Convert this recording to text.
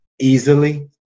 easily